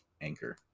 anchor